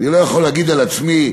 אני לא יכול להגיד על עצמי,